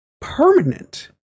permanent